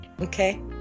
okay